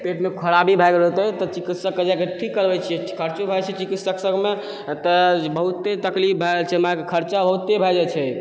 पेटमे खराबी भए गेल होतय तऽ चिकित्सककऽजाके ठीक करबय छी खर्चो भए जाइ छइ चिकित्सक सबमे तऽबहुते तकलीफ भए जाइ छइ हमरा आरके खर्चा बहुते भए जाइ छइ